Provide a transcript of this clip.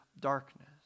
darkness